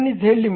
आणि Z